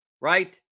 Right